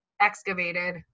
excavated